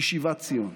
היא שיבת ציון.